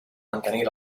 mantenir